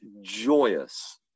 joyous